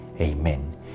Amen